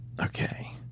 Okay